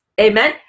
Amen